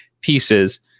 pieces